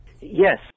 Yes